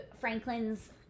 Franklin's